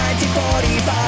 1945